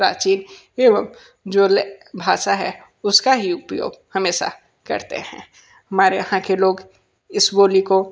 प्राचीन एवं जो ले भाषा है उसका ही उपयोग हमेसा करते हैं हमारे यहाँ के लोग इस बोली को